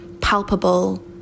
palpable